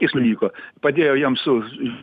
jis nunyko padėjo jiem su